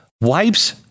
Wipes